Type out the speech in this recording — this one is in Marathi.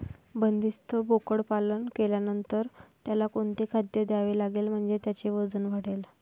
बंदिस्त बोकडपालन केल्यानंतर त्याला कोणते खाद्य द्यावे लागेल म्हणजे त्याचे वजन वाढेल?